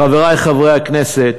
חברי חברי הכנסת,